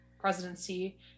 presidency